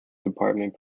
department